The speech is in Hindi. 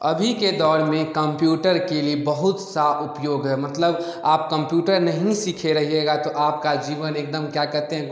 अभी के दौर में कंप्यूटर के लिए बहुत सा उपयोग है मतलब आप कंप्यूटर नही सीखे रहिएगा तो आपका जीवन एकदम क्या कहते हैं